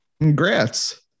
Congrats